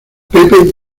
pepe